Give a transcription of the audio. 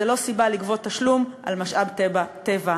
תודה רבה.